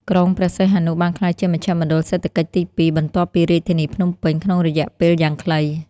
ក្រុងព្រះសីហនុបានក្លាយជាមជ្ឈមណ្ឌលសេដ្ឋកិច្ចទីពីរ បន្ទាប់ពីរាជធានីភ្នំពេញ ក្នុងរយៈពេលយ៉ាងខ្លី។